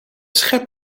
schip